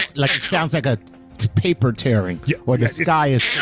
like it sounds like ah it's paper tearing. yeah or the sky is